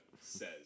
says